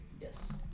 Yes